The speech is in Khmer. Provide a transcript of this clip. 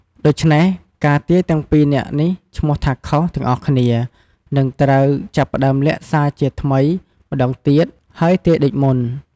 ដូច្នេះ ការទាយទាំង ២ នាក់នេះឈ្មោះថា ខុស ទាំងអស់គ្នា នឹងត្រូវចាប់ផ្តើមលាក់សាជាថ្មីម្តងទៀត ហើយទាយដូចមុន។